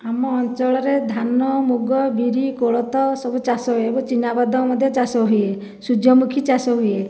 ଆମ ଅଞ୍ଚଳରେ ଧାନ ମୁଗ ବିରି କୋଳଥ ସବୁ ଚାଷ ହୁଏ ଏବେ ଚିନାବାଦାମ ମଧ୍ୟ ଚାଷ ହୁଏ ସୂର୍ଯ୍ୟମୁଖୀ ଚାଷ ହୁଏ